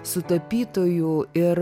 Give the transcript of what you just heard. su tapytoju ir